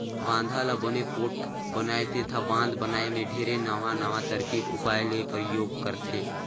बांधा ल बने पोठ बनाए सेंथा बांध बनाए मे ढेरे नवां नवां तरकीब उपाय ले परयोग करथे